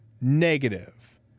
Negative